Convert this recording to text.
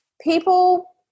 People